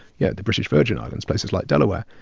yeah the british virgin islands, places like delaware.